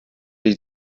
die